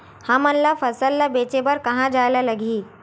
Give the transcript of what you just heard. हमन ला फसल ला बेचे बर कहां जाये ला लगही?